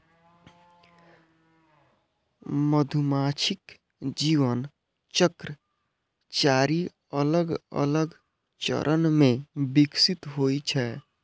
मधुमाछीक जीवन चक्र चारि अलग अलग चरण मे विकसित होइ छै